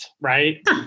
right